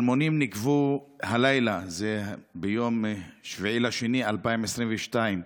אלמונים ניקבו הלילה, זה ביום 7 בפברואר 2022,